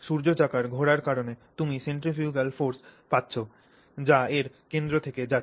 সূর্য চাকার ঘোরার কারণে তুমি centrifugal force পাচ্ছ যা এর কেন্দ্র থেকে যাচ্ছে